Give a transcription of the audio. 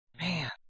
Man